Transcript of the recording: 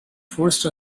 forced